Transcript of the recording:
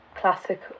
classic